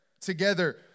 together